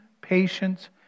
patience